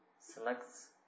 selects